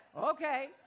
okay